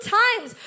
times